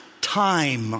time